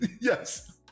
yes